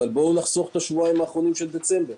אבל נחסוך את השבועיים האחרונים של דצמבר.